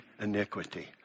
iniquity